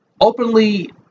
openly